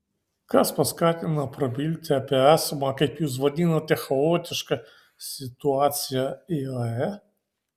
kas paskatino prabilti apie esamą kaip jūs vadinate chaotišką situaciją iae